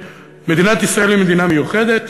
שמדינת ישראל היא מדינה מיוחדת,